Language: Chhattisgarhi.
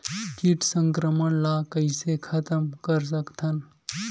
कीट संक्रमण ला कइसे खतम कर सकथन?